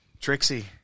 Trixie